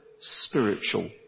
spiritual